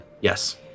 Yes